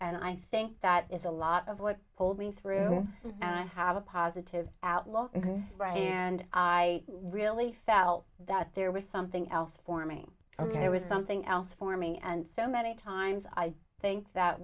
and i think that is a lot of what holding through and i have a positive outlook and can write and i really felt that there was something else forming ok there was something else for me and so many times i think that